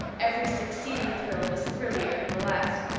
every succeeding thrill was thrillier than the last.